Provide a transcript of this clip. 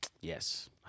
Yes